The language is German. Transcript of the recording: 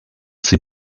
sie